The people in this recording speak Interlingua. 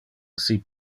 assi